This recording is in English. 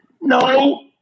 No